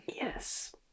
Yes